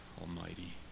Almighty